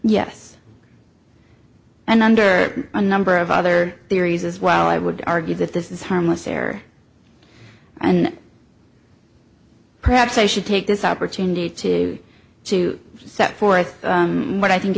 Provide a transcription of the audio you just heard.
yes and under a number of other theories as well i would argue that this is harmless error and perhaps i should take this opportunity to to set forth what i think